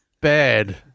Bad